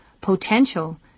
potential